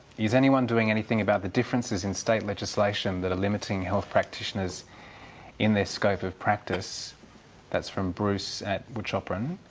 is anyone doing anything about the differences in state legislation that are limiting health practitioners in their scope of practice that's from bruce at wuchopperen.